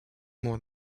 more